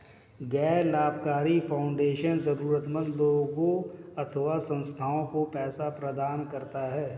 गैर लाभकारी फाउंडेशन जरूरतमन्द लोगों अथवा संस्थाओं को पैसे प्रदान करता है